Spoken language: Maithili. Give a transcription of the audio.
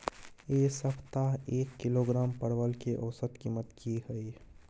ऐ सप्ताह एक किलोग्राम परवल के औसत कीमत कि हय?